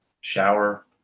shower